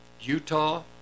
Utah